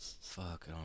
Fuck